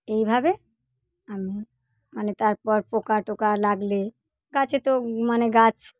এইভাবে আমি মানে তারপর পোকা টোকা লাগলে গাছে তো মানে গাছ